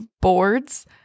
boards